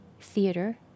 theater